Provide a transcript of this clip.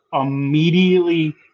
immediately